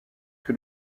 que